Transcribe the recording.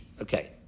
okay